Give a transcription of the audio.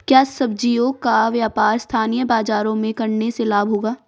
क्या सब्ज़ियों का व्यापार स्थानीय बाज़ारों में करने से लाभ होगा?